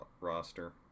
roster